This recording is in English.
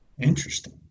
Interesting